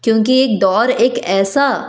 क्योंकि एक दौड़ एक ऐसा